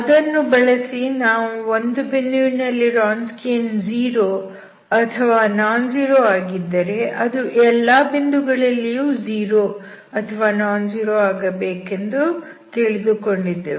ಅದನ್ನು ಬಳಸಿ ನಾವು ಒಂದು ಬಿಂದುವಿನಲ್ಲಿ ರಾನ್ಸ್ಕಿಯನ್ 0 ಅಥವಾ ನಾನ್ ಝೀರೋ ಆಗಿದ್ದರೆ ಅದು ಎಲ್ಲಾ ಬಿಂದುಗಳಲ್ಲಿಯೂ 0 ಅಥವಾ ನಾನ್ ಝೀರೋ ಆಗಬೇಕೆಂದು ತಿಳಿದುಕೊಂಡಿದ್ದೆವು